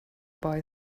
boy